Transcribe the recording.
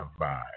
vibe